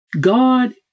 God